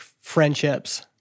friendships